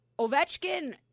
Ovechkin